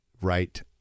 right